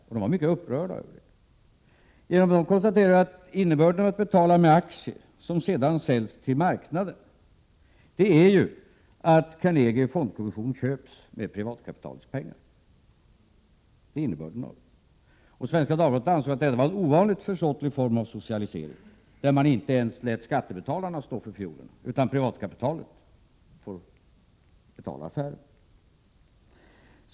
Där var man mycket upprörd när man konstaterade att innebörden av att betala med aktier, som sedan säljs till marknaden, är att Carnegie Fondkommission köps med privatkapitalets pengar. Och Svenska Dagbladet ansåg att detta var en ovanligt försåtlig form av socialisering, där man inte ens lät skattebetalarna stå för fiolerna utan privatkapitalet.